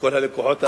לכל הלקוחות האחרים.